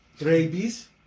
Rabies